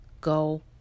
go